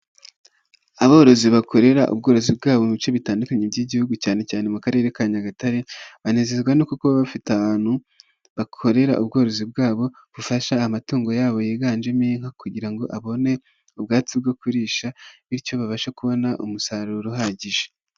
Aborozi bakorera ubworozi bwabo mu bice bitandukanye, by'igihugu cyane cyane mu karere ka Nyagatare banezezwa no kuba bafite ahantu bakorera ubworozi bwabo, bufasha amatungo yabo yiganjemo inka kugira ngo abone ubwatsi bwo kuririsha, bityo babashe kubona umusaruro uhagije.